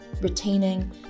retaining